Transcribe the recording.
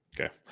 Okay